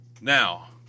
Now